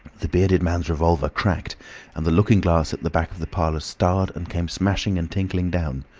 the bearded man's revolver cracked and the looking-glass at the back of the parlour starred and came smashing and tinkling down.